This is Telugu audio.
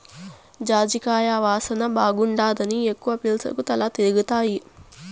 జాజికాయ వాసన బాగుండాదని ఎక్కవ పీల్సకు తల తిరగతాది